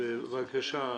ובבקשה,